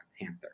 Panther